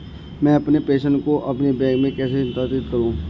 मैं अपने प्रेषण को अपने बैंक में कैसे स्थानांतरित करूँ?